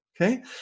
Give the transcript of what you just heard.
Okay